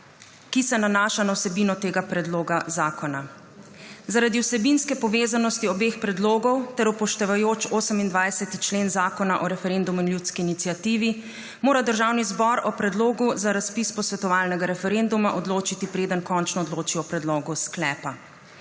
ki se nanaša na vsebino tega predloga zakona. Zaradi vsebinske povezanosti obeh predlogov ter upoštevajoč 28. člen Zakona o referendumu in ljudski iniciativi mora Državni zbor o predlogu za razpis posvetovalnega referenduma odločiti, preden končno odloči o predlogu sklepa.